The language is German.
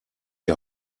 die